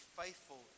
faithful